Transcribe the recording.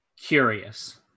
curious